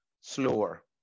slower